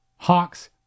Hawks